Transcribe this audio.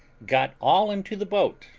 got all into the boat,